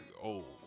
old